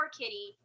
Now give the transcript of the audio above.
Kitty